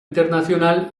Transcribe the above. internacional